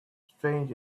strange